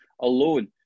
alone